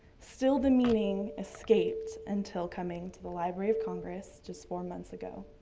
still the meaning escaped until coming to the library of congress just four months ago.